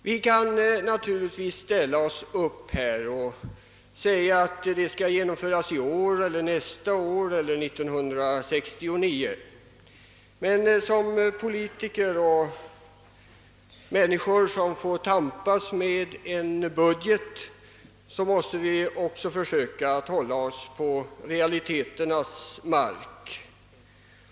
Vi kan naturligtvis säga att detta mål skall genomföras i år, nästa år eller 1969. Som politiker måste vi emellertid försöka hålla oss på realiteternas mark.